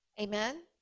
Amen